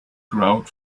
grout